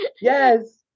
yes